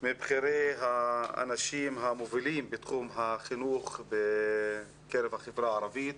מבכירי האנשים המובילים בתחום החינוך בקרב החברה הערבית.